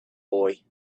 boy